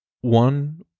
One